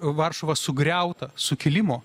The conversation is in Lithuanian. varšuvą sugriautą sukilimo